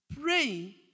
praying